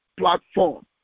Platform